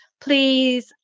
Please